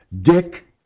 Dick